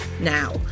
now